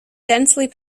densely